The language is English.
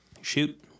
Shoot